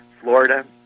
Florida